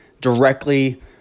directly